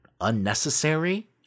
unnecessary